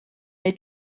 they